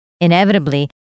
Inevitably